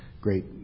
great